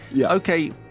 Okay